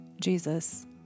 Jesus